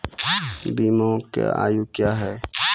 बीमा के आयु क्या हैं?